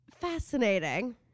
Fascinating